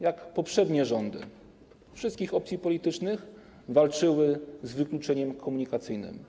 Jak poprzednie rządy - wszystkich opcji politycznych - walczyły z wykluczeniem komunikacyjnym?